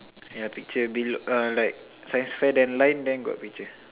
yeah picture below uh like science fair then line then got picture